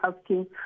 asking